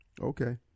Okay